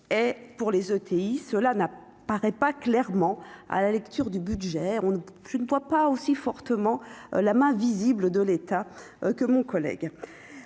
et pour les ETI, cela n'a, paraît pas clairement à la lecture du budget on ne je ne vois pas aussi fortement. La main visible de l'état que mon collègue,